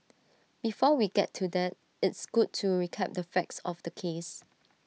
before we get to that it's good to recap the facts of the case